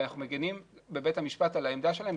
ואנחנו מגנים בבית המשפט על העמדה שלהם,